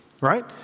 right